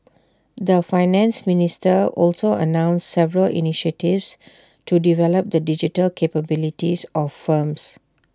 the Finance Minister also announced several initiatives to develop the digital capabilities of firms